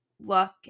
look